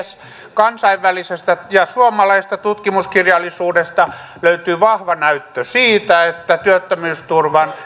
kansainvälisestä ja suomalaisesta tutkimuskirjallisuudesta löytyy vahva näyttö siitä että työttömyysturvan